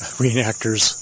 reenactors